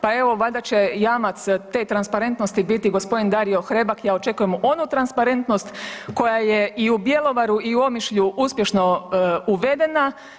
Pa evo valjda će jamac te transparentnosti biti gospodin Dario Hrebak, ja očekujem onu transparentnost koja je i u Bjelovaru i u Omišlju uspješno uvedena.